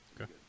Okay